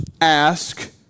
ask